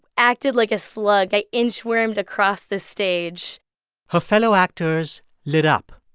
acted like a slug. i inchwormed across the stage her fellow actors lit up.